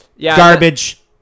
Garbage